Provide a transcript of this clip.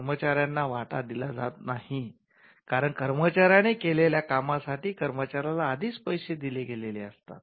कर्मचार्यांना वाटा दिला जात नाही कारण कर्मचार्याने केलेल्या कामासाठी कर्मचाऱ्याला आधीच पैसे दिले गेलेले असतात